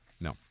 no